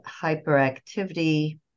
hyperactivity